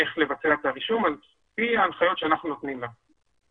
איך לבצע את הרישום על פי ההנחיות שאנחנו נותנים לה.